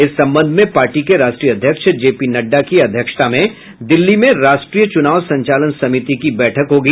इस संबंध में पार्टी के राष्ट्रीय अध्यक्ष जेपी नड्डा की अध्यक्षता में दिल्ली में राष्ट्रीय चुनाव संचालन समिति की बैठक होगी